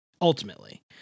ultimately